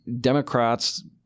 Democrats